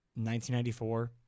1994